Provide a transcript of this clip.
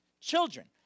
Children